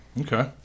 Okay